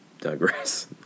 digress